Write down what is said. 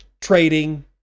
trading